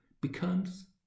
becomes